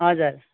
हजुर